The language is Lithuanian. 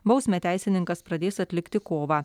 bausmę teisininkas pradės atlikti kovą